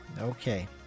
Okay